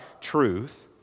truth